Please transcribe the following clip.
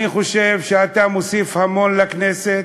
אני חושב שאתה מוסיף המון לכנסת.